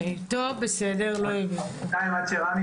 שהתחיל לומר רמי